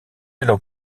alors